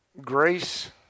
grace